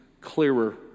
clearer